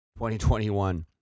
2021